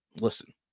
Listen